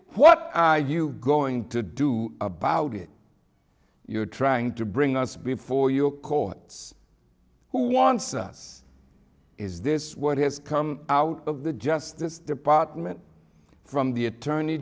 what are you going to do about it you're trying to bring us before your courts who wants us is this what has come out of the justice department from the attorney